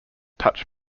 touch